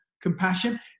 compassion